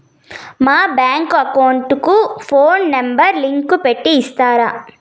మా bank account కు phone number link పెట్టి ఇస్తారా?